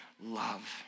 love